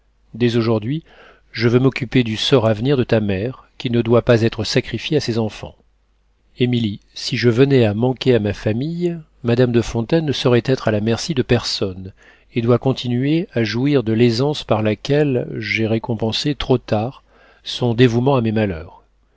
dès aujourd'hui je veux m'occuper du sort à venir de ta mère qui ne doit pas être sacrifiée à ses enfants émilie si je venais à manquer à ma famille madame de fontaine ne saurait être à la merci de personne et doit continuer à jouir de l'aisance par laquelle j'ai récompensé trop tard son dévouement à mes malheurs